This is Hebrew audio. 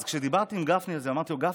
אז כשדיברתי עם גפני אמרתי לו: גפני,